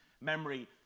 memory